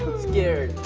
scary.